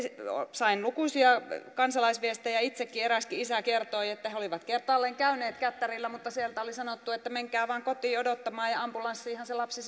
sain lukuisia kansalaisviestejä itse eräskin isä kertoi että he olivat kertaalleen käyneet kättärillä mutta sieltä oli sanottu että menkää vain kotiin odottamaan ja ambulanssiinhan se lapsi